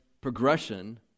progression